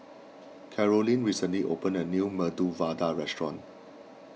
Carolyne recently opened a new Medu Vada restaurant